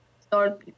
start